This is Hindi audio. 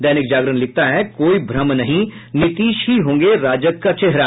दैनिक जागरण लिखता है कोई भ्रम नहीं नीतीश ही होंगे राजग का चेहरा